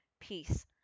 peace